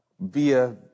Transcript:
via